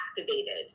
activated